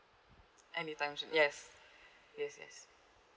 anytime soon yes yes yes